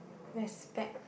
respect